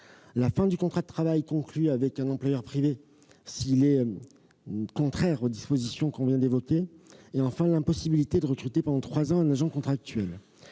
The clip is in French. fin du contrat de travail conclu avec un employeur privé s'il est contraire aux dispositions que nous venons d'évoquer, impossibilité d'être recruté pendant trois ans pour un agent contractuel.